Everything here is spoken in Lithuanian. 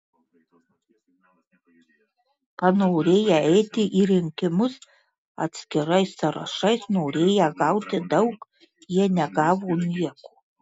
panorėję eiti į rinkimus atskirais sąrašais norėję gauti daug jie negavo nieko